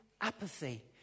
apathy